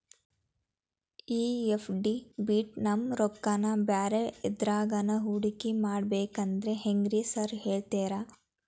ಈ ಎಫ್.ಡಿ ಬಿಟ್ ನಮ್ ರೊಕ್ಕನಾ ಬ್ಯಾರೆ ಎದ್ರಾಗಾನ ಹೂಡಿಕೆ ಮಾಡಬೇಕಂದ್ರೆ ಹೆಂಗ್ರಿ ಸಾರ್ ಹೇಳ್ತೇರಾ?